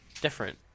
Different